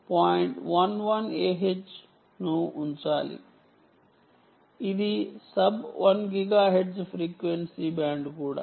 11ah ను ఉంచాలి ఇది సబ్ 1 గిగాహెర్ట్జ్ ఫ్రీక్వెన్సీ బ్యాండ్ కూడా